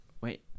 Wait